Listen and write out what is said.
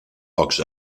pocs